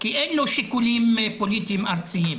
כי אין לו שיקולים פוליטיים ארציים.